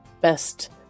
best